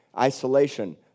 isolation